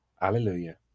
Hallelujah